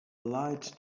light